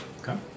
okay